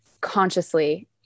consciously